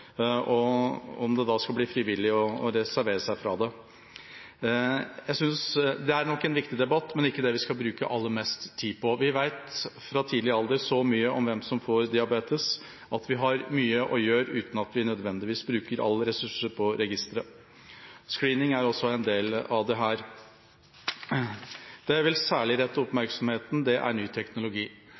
og om det skal bli mulig å reservere seg mot det. Det er nok en viktig debatt, men ikke det vi skal bruke aller mest tid på. Vi vet så mye om hvem som får diabetes i tidlig alder at vi har mye å gjøre og ikke nødvendigvis bruker alle ressurser på registre. Screening er også en del av dette. Jeg vil særlig rette oppmerksomheten mot ny teknologi.